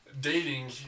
dating